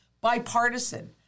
Bipartisan